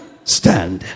Stand